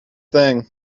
thing